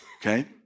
Okay